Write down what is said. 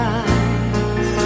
eyes